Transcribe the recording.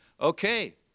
okay